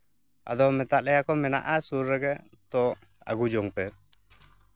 ᱟᱫᱚ ᱢᱮᱛᱟᱜ ᱞᱮᱭᱟ ᱠᱚ ᱢᱮᱱᱟᱜᱼᱟ ᱥᱩᱨ ᱨᱮᱜᱮ ᱛᱚ ᱟᱹᱜᱩ ᱡᱚᱝ ᱯᱮ